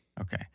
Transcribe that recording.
Okay